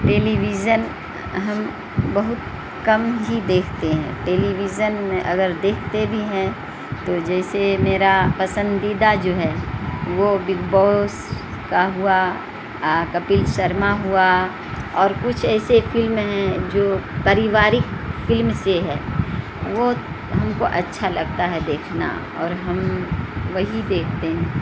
television ہم بہت کم ہی دیکھتے ہیں ٹیلیویژن میں اگر دیکھتے بھی ہیں تو جیسے میرا پسندیدہ جو ہے وہ بگ بوس کا ہوا کپل شرما ہوا اور کچھ ایسے فلم ہیں جو پریوارک فلم سے ہے وہ ہم کو اچھا لگتا ہے دیکھنا اور ہم وہی دیکھتے ہیں